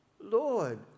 Lord